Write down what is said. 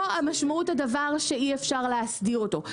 לא משמעות הדבר היא שאי-אפשר להסדיר אותו.